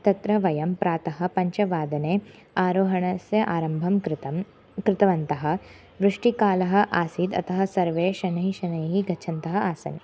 तत्र वयं प्रातः पञ्चवादने आरोहणस्य आरम्भं कृतं कृतवन्तः वृष्टिकालः आसीद् अतः सर्वे शनैशनैः गच्छन्तः आसन्